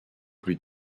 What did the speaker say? plus